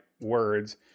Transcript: words